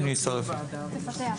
אם תרצה, אני אצרף אותך.